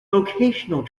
vocational